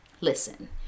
Listen